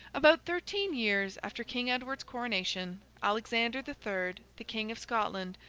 about thirteen years after king edward's coronation, alexander the third, the king of scotland,